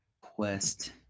Quest